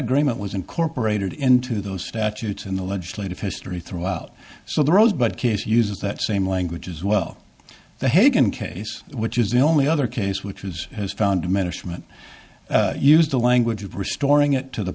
agreement was incorporated into those statutes in the legislative history throughout so the rose but case uses that same language as well the hagen case which is the only other case which is has found diminishment used the language of restoring it to the